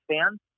fans